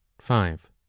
Five